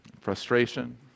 frustration